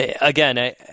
again